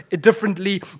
differently